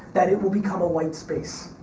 that it will become a white space.